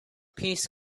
peace